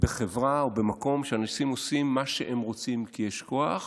ובחברה או במקום שאנשים עושים מה שהם רוצים כי יש כוח